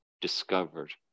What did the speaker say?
discovered